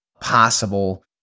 possible